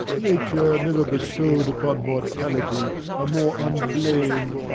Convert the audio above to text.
nature never bestow'd upon mortality a more unblamed,